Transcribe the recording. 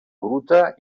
gruta